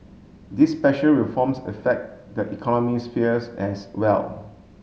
these special reforms affect the economies sphere as well